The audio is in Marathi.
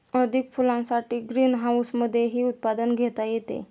अधिक फुलांसाठी ग्रीनहाऊसमधेही उत्पादन घेता येते